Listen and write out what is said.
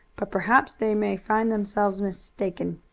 but perhaps they may find themselves mistaken.